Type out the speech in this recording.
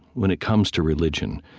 when it comes to religion,